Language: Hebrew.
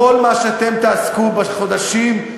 כל מה שאתם תעסקו בו בחודשים,